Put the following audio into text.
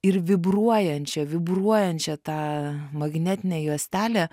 ir vibruojančią vibruojančią tą magnetinę juostelę